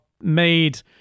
made